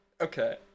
Okay